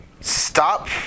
Stop